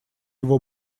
его